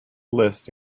list